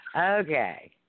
Okay